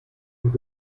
und